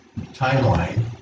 timeline